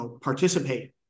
participate